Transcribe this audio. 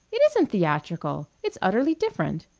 it isn't theatrical! it's utterly different.